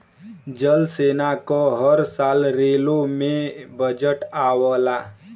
जल सेना क हर साल रेलो के बजट आवला